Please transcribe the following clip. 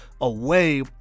away